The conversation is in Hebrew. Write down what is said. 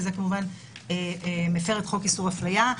וזה כמובן מפר את חוק איסור הפליה.